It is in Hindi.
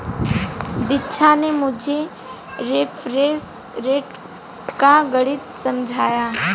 दीक्षा ने मुझे रेफरेंस रेट का गणित समझाया